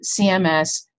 CMS